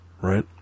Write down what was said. Right